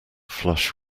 flush